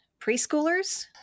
Preschoolers